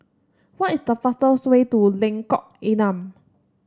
what is the fastest way to Lengkok Enam